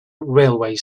railway